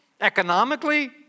economically